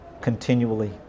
continually